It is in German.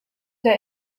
der